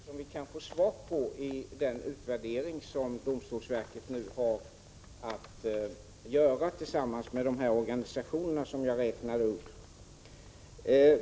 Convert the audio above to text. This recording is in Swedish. Herr talman! Till Gunilla André vill jag säga att det är väsentliga frågor vi kan få svar på i den utvärdering som domstolsverket har att göra tillsammans med de organisationer jag räknade upp.